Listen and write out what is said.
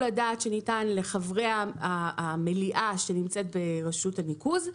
הדעת שניתן לחברי המליאה שנמצאת ברשות הניקוז,